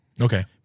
Okay